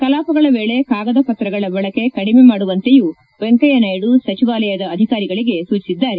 ಕಲಾಪಗಳ ವೇಳಿ ಕಾಗದ ಪತ್ರಗಳ ಬಳಕೆ ಕಡಿಮೆ ಮಾಡುವಂತೆಯೂ ವೆಂಕಯ್ಯನಾಯ್ಡು ಸಚಿವಾಲಯದ ಅಧಿಕಾರಿಗಳಿಗೆ ಸೂಚಿಸಿದ್ದಾರೆ